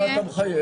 למה אתה מחייך?